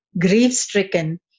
grief-stricken